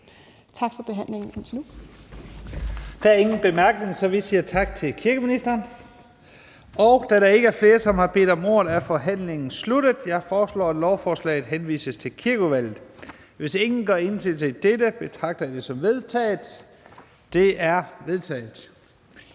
Tak for behandlingen